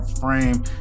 frame